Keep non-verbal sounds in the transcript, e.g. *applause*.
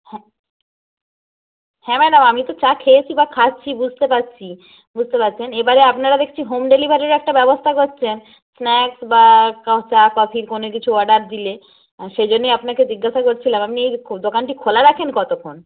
হ্যাঁ হ্যাঁ ম্যাডাম আমি তো চা খেয়েছি বা খাচ্ছি বুঝতে পারছি বুঝতে পারছেন এবারে আপনারা দেখছি হোম ডেলিভারিরও একটা ব্যবস্থা করছেন স্ন্যাক্স বা *unintelligible* চা কফি কোনো কিছু অর্ডার দিলে সেই জন্যই আপনাকে জিজ্ঞাসা করছিলাম আপনি এই *unintelligible* দোকানটি খোলা রাখেন কতক্ষণ